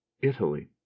Italy